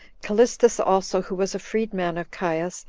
callistus also, who was a freed-man of caius,